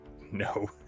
No